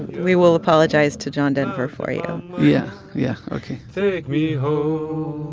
we will apologize to john denver for you yeah. yeah, ok take me home,